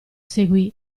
seguì